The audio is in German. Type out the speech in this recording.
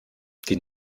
die